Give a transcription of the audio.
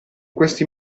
questi